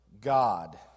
God